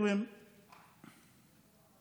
אני אתייחס לזה עכשיו.